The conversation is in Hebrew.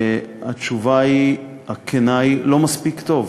התשובה הכנה היא: לא מספיק טוב.